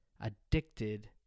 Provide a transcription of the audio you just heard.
addicted